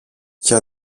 για